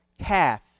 calf